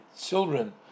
children